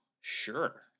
Sure